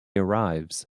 arrives